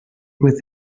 with